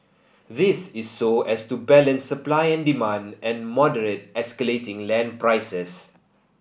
this is so as to balance supply and demand and moderate escalating land prices